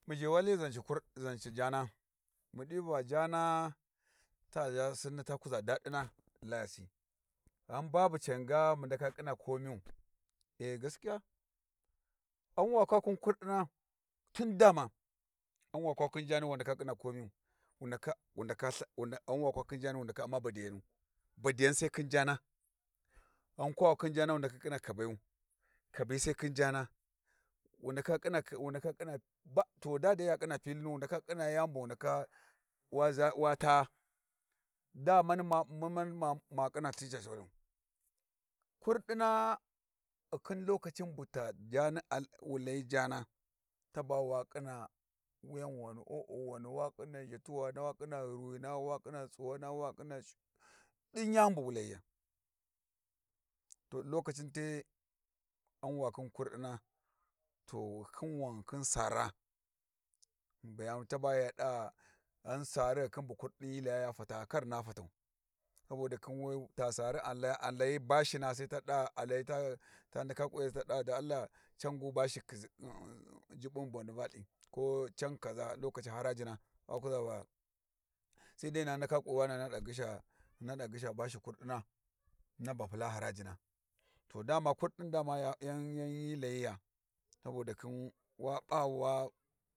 Mu zhewali zanci kur zanci jaana mu ɗi va jaana ta zha sinni ta kuza dadina ɗi layasi, ghan babu can ga mu ndaka ƙhina komiyu, a gaskiya ghan wa kwa khin kurdina, tin dama ghan wa kwa khin jaani wu ndaka ƙhina komiyu wu ndaka ltha ghan wa kwa khin jaani wu ndaka u'ma badiyanu. Badiyan sai khin jaana ghan wa kwa khin jaani wu ndaka ƙhina kabayu, kabi sai khin jaana, wu ndaka ƙhina to daa dai ya ƙhina pilinu wu ndaka ƙhina wa za wa taa daa mani ma ƙhina cica lthavayu, kurdina ghikhin lokacin bu ta jaani a wu layi jaana, taba wa ƙhina wuyanwani o o o wina, wa ƙhina zhatuwani wa ƙhinna ghirwina wa ƙhina tsuwana, wa ƙhina din yani bu wu layiya. To ɗi lokacin te ghan wa khin kurdina. To ghi khin wan ghi khin saara, hyin be yani caba ya ɗa ghan saari khin bu kurdin hyi laya ya fata'a kar hyina fatu, saboda khin we ta saara a layi bashina sai ta ɗa a layi ta ndaka ƙunyasi ta ɗa don Allah can gu bashi jubbun boni valthi ko can kaza lokaci harajina wa kuza va, sai dai hyina ndaka kwi wane hyina da ghiysha hyina da ghisha bashi kurdina hyina ba pula harajina to dama kurdin yan hyi layiya saboda khin wa p'a wa.